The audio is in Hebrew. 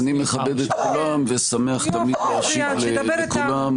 אני מכבד את כולם ושמח תמיד להשיב לכולם,